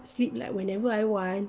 sleep like whenever I want